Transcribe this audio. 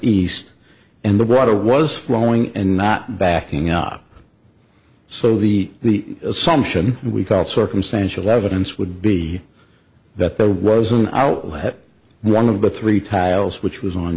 east and the brother was flowing and not backing up so the assumption we thought circumstantial evidence would be that there was an outlet one of the three tiles which was on